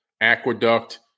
aqueduct